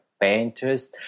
painters